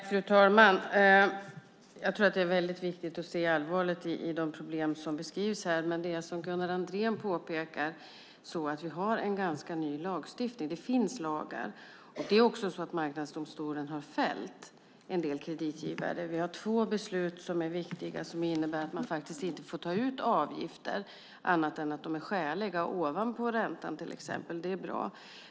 Fru talman! Jag tror att det är väldigt viktigt att se allvaret i de problem som beskrivs här. Men som Gunnar Andrén påpekar har vi en ganska ny lagstiftning. Det finns lagar. Marknadsdomstolen har också fällt en del kreditgivare. Vi har två beslut som är viktiga som till exempel innebär att man faktiskt inte får ta ut avgifter, om de inte är skäliga, ovanpå räntan. Det är bra.